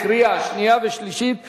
התשע"ב 2012,